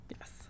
Yes